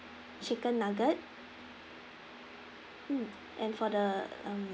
chicken nugget mm and for the um